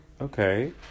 Okay